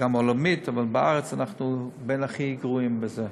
גם עולמית, אבל בארץ אנחנו בין הכי גרועים בזה.